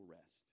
rest